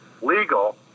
legal